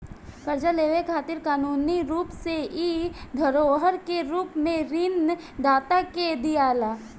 कर्जा लेवे खातिर कानूनी रूप से इ धरोहर के रूप में ऋण दाता के दियाला